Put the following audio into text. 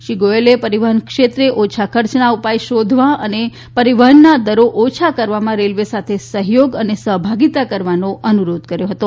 શ્રી ગોયલ પરીવહન ક્ષવ્ર ઓછા ખર્ચના ઉપાય શોધવા અન પરીવહનના દરો ઓછા કરવામાં રેલવ સાથ સહયોગ અન સહભાગીતા કરવાનો અનુરોધ કર્યો હતો